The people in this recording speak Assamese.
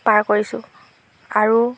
পাৰ কৰিছোঁ আৰু